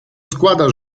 składa